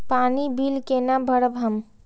पानी बील केना भरब हम?